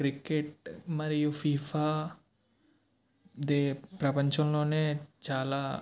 cricket మరియు FIFA దే ప్రపంచంలోనే చాలా